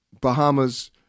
Bahamas